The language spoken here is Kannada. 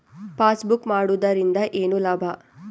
ಪಾಸ್ಬುಕ್ ಮಾಡುದರಿಂದ ಏನು ಲಾಭ?